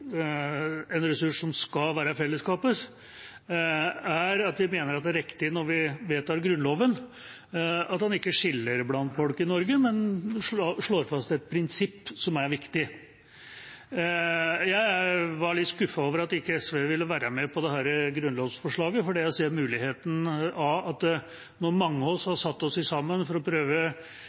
en ressurs som skal være fellesskapets, er at vi mener det er riktig når vi vedtar Grunnloven, at den ikke skiller blant folk i Norge, men slår fast et prinsipp som er viktig. Jeg var litt skuffet over at SV ikke ville være med på dette grunnlovsforslaget, for når mange av oss har satt oss sammen for i ærlighetens navn å prøve